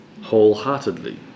wholeheartedly